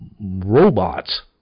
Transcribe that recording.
robots